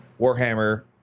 Warhammer